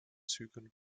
zügen